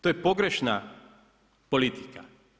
To je pogrešna politika.